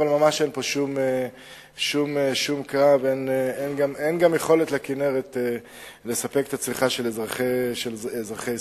אין פה שום קרב ואין גם יכולת לכינרת לספק את הצריכה של אזרחי ישראל.